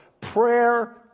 prayer